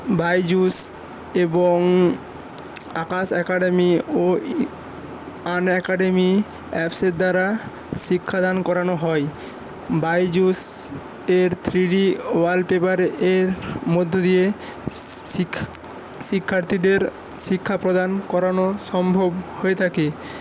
বাইজুস এবং আকাশ একাডেমি ও আনএকাডেমি অ্যাপসের দ্বারা শিক্ষাদান করানো হয় বাইজুস এর থ্রিডি ওয়ালপেপার এর মধ্যে দিয়ে শিক্ষার্থীদের শিক্ষাপ্রদান করানো সম্ভব হয়ে থাকে